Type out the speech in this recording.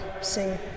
sing